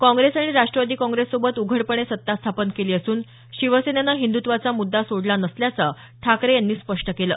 काँग्रेस आणि राष्ट्रवादी काँग्रेससोबत उघडपणे सत्ता स्थापन केली असून शिवसेनेनं हिंदुत्वाचा मुद्दा सोडला नसल्याचं ठाकरे यांनी स्पष्ट केलं